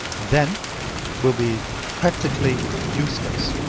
then will be practically useless.